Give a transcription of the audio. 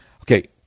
Okay